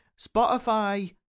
Spotify